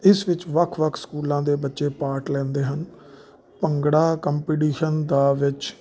ਇਸ ਵਿੱਚ ਵੱਖ ਵੱਖ ਸਕੂਲਾਂ ਦੇ ਬੱਚੇ ਪਾਰਟ ਲੈਂਦੇ ਹਨ ਭੰਗੜਾ ਕੰਪੀਟੀਸ਼ਨ ਦਾ ਵਿੱਚ